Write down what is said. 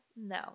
No